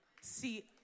See